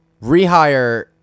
rehire